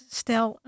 stel